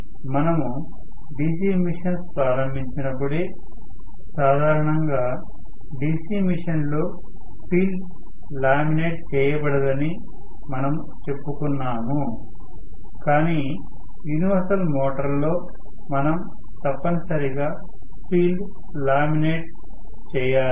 మనము DC machines ప్రారంభించినప్పుడే సాధారణంగా DC మెషీన్లో ఫీల్డ్ లామినేట్ చేయబడదని మనము చెప్పుకున్నాము కాని యూనివర్సల్ మోటారులో మనం తప్పనిసరిగా ఫీల్డ్ లామినేట్ చేయబడాలి